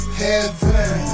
heaven